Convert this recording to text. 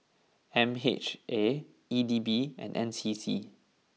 M H A E D B and N C C